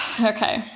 Okay